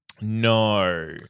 No